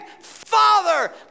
Father